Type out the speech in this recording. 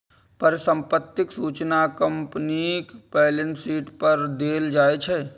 परिसंपत्तिक सूचना कंपनीक बैलेंस शीट पर देल जाइ छै